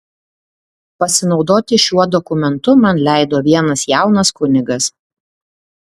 pasinaudoti šiuo dokumentu man leido vienas jaunas kunigas